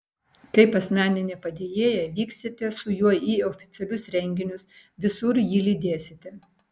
kaip asmeninė padėjėja vyksite su juo į oficialius renginius visur jį lydėsite